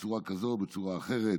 בצורה כזאת או בצורה אחרת,